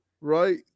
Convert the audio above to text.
right